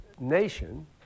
nation